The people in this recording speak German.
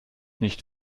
nicht